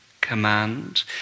command